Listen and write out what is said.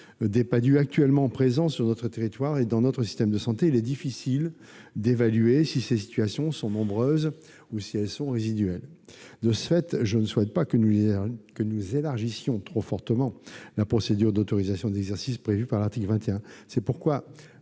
des Padhue actuellement présents sur notre territoire et dans notre système de santé, il est difficile d'évaluer si ces situations sont nombreuses ou résiduelles. De ce fait, je ne souhaite pas trop élargir la procédure d'autorisation d'exercice prévue par l'article 21.